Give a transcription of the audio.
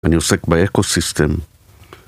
אני עוסק באקו סיסטם